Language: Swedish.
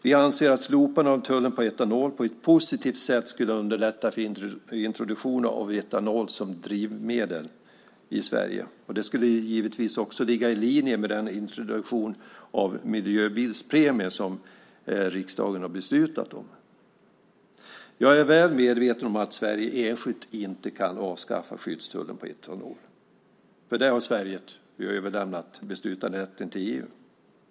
Vi anser att slopandet av tullen på etanol på ett positivt sätt skulle underlätta för introduktionen av etanol som drivmedel i Sverige. Det skulle givetvis också ligga i linje med den introduktion av miljöbilspremie som riksdagen har beslutat om. Jag är väl medveten om att Sverige enskilt inte kan avskaffa skyddstullen på etanol. Där har Sverige överlämnat beslutanderätten till EU.